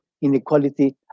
inequality